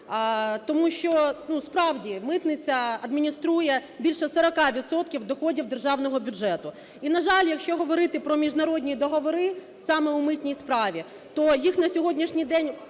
тому що… Ну, справді, митниця адмініструє більше 40 відсотків доходів державного бюджету. І, на жаль, якщо говорити про міжнародні договори саме у митній справі, то їх на сьогоднішній день